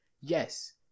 Yes